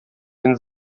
den